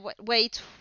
wait